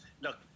look